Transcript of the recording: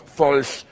false